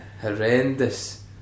horrendous